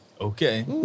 Okay